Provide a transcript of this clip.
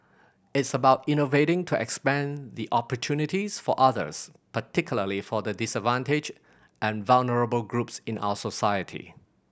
it's about innovating to expand the opportunities for others particularly for the disadvantaged and vulnerable groups in our society